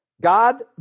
God